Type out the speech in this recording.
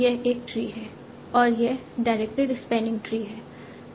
यह एक ट्री है और यह डायरेक्टेड स्पैनिंग ट्री है